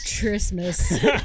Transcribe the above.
Christmas